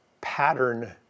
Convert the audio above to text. pattern